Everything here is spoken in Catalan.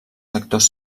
sectors